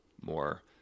more